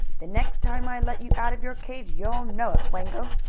the next time i let you out of your cage you'll know it, wango!